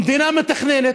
המדינה מתכננת,